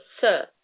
sir